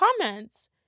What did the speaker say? comments